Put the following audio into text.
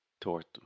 torto